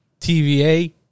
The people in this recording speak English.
TVA